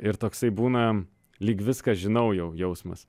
ir toksai būna lyg viską žinau jau jausmas